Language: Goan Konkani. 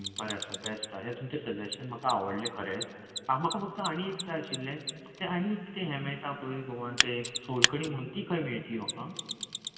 बरें आसा बेश्ट हां हें तुमचें सजेशन म्हाका आवडलें खरेंच म्हाका फकत आनी एक जाय आशिल्लें तें आनी एक कितें हे मेळटा पळय गोवान तें सोल कडी म्हूण ती खंय मेळटली म्हाका